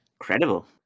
Incredible